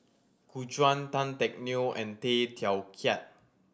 Gu Juan Tan Teck Neo and Tay Teow Kiat